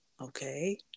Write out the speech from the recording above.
okay